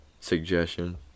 suggestion